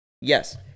yes